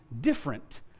different